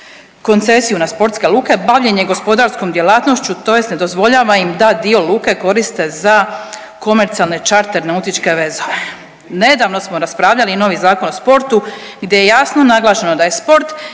koncesiju na sportske luke, bavljenje gospodarskom djelatnošću, tj. ne dozvoljava im da dio luke koriste za komercijalne čarter nautičke vezove. Nedavno smo raspravljali i novi Zakon o sportu gdje je jasno naglašeno da je sport